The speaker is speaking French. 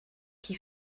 qui